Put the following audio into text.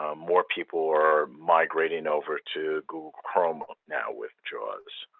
ah more people are migrating over to google chrome now with jaws,